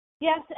Yes